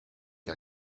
que